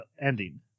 ending